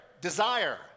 desire